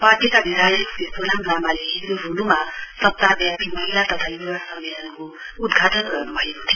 पार्टीका विधायक श्री सोनाम लामाले हिजो रोल्मा सप्ताहव्यापी महिला तथा युवा सम्मेलनको उद्घाटन गर्न्भएको थियो